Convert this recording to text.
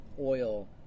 oil